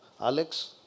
Alex